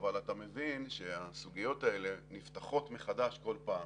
אבל אתה מבין שהסוגיות האלה נפתחות מחדש כל פעם,